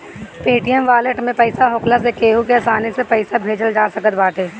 Paytm wallet में पईसा होखला से केहू के आसानी से पईसा भेजल जा सकत बाटे